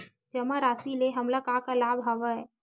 जमा राशि ले हमला का का लाभ हवय?